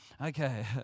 Okay